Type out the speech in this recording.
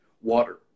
water